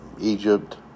Egypt